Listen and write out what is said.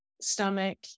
stomach